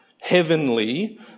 heavenly